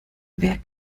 wer